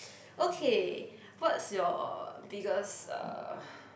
okay what's your biggest uh